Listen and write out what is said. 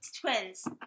twins